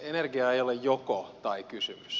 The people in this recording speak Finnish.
energia ei ole jokotai kysymys